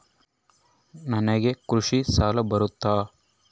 ನನಗೆ ಕೃಷಿ ಸಾಲ ಬರುತ್ತಾ?